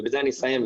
ובזה אני אסיים,